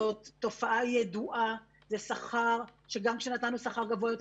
זאת תופעה ידועה שגם כשנתנו שכר גבוה יותר,